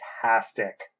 fantastic